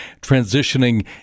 transitioning